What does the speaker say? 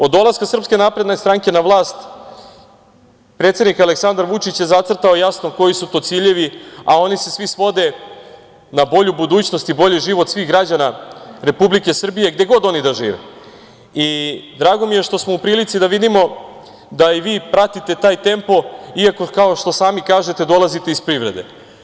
Od dolaska SNS na vlast predsednik Aleksandar Vučić je zacrtao jasno koji su to ciljevi, a oni se svi svode na bolju budućnost i bolji život svih građana Republike Srbije gde god da oni žive i drago mi što smo u prilici da vidimo da i vi pratite taj tempo iako, kao što sami kažete, dolazite iz privrede.